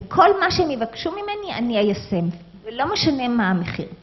כל מה שהם יבקשו ממני, אני איישם, ולא משנה מה המחיר.